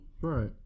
Right